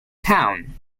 town